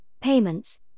payments